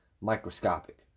microscopic